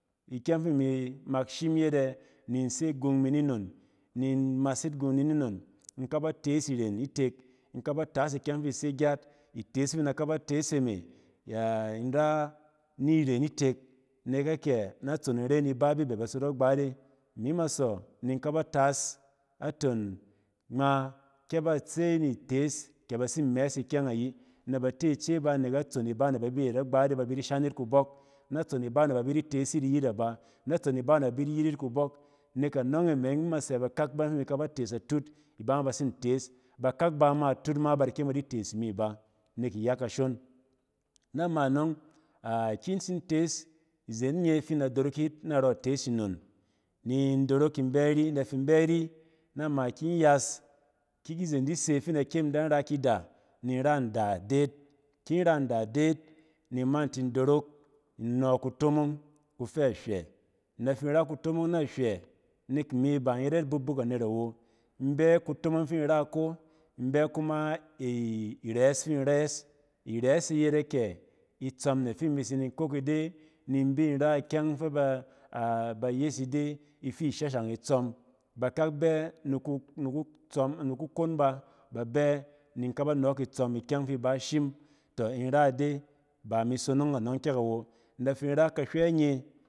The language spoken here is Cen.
Ikyɛng fi imi mak shim yet ɛ ni in se gun mi ninon, ni in mas yit gung mi ni non. In k aba tees iren itek, in kaba taas ikyɛng fi ise gyat. Itees fi in kaba taas ikyɛng fi ise gyat. Itees fi in da ka ba tees e me a-in ra niren itek nek akɛ? Natson in ren iba bi bɛ ba sot agbat e. Imi ma sↄ ni in kap ba taas a ton ngma kɛ ba se ni tees kɛ bat sin mɛɛs ikyɛng ayi nɛ ba te ice ba nek atson iba ne ba bi yet agbat e ba bi di shan yit kubↄk. Natson iba ne ba bi di tees yit iyit a ba, natson iba ne ba bi di yit yit kubↄk nek anↄng e me ↄng imɛ sɛ bakak ba yↄng fi in kaba tees atut iba ma ba tsin tees. Bakak ba ma atutt ma ba da kyem ba di tees imi aba nek iya kashon. Na ma nↄng, ki in tsin tees, izen nye fi in da dorok yit narↄ itees inon, ni in dorok in bɛ ari, in da fi in bɛ ri, na ma fi in yas, ki kizen di se fi in da dan ra man da ni in man da deet. Kin ra nda deet, ni in ma in tin dorok ni nↄↄ kutomong ku fɛ hywɛ. In da fi in ra kutomong na hywɛ, nek imi ba in yet abukbuk anet awo, in bɛ kutomong fi in ra ko, in bɛin bɛ kuma i-res fiin rɛs. Irɛs e yet akɛ? Itsↄm ne fi imi tsi ni in kok ide ni in bi in ra ikyɛng fɛ ba a-ba yes ide ifi shashang itsↄm bakak bɛ ni kub-niku tsↄm, ni ku kon ba, ba bɛ ni in kaba nↄↄk itsↄm ikyɛng fi iba shim. Tↄ in ra ide, ba imi sonong anↄng kyek awo. In da fin ra, kahywɛ nye.